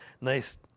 nice